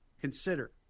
consider